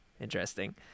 interesting